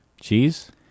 Cheese